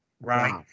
right